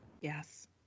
Yes